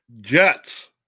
Jets